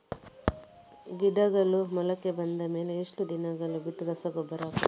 ಗಿಡಗಳು ಮೊಳಕೆ ಬಂದ ಮೇಲೆ ಎಷ್ಟು ದಿನಗಳು ಬಿಟ್ಟು ರಸಗೊಬ್ಬರ ಹಾಕುತ್ತಾರೆ?